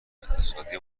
اقتصادی